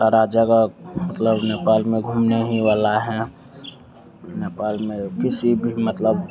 सारी जगह मतलब नेपाल में घूमने ही वाला है नेपाल में किसी भी मतलब